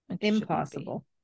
impossible